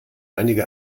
einige